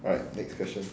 alright next question